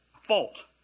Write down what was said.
Fault